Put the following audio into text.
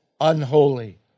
unholy